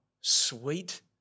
sweet